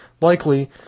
likely